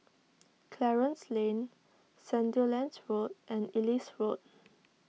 Clarence Lane Sandilands Road and Ellis Road